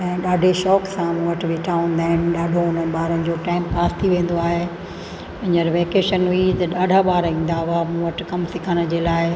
ऐं ॾाढे शौक़ सां मूं वटि वेठा हूंदा आहिनि ॾाढो उन्हनि ॿारनि जो टाइमपास थी वेंदो आहे हींअर वेकेशन में त ॾाढा ॿार ईंदा हुआ मूं वटि कमु सिखण जे लाइ